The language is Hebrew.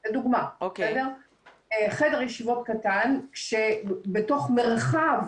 חדר ישיבות קטן בתוך מרחב